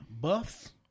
buffs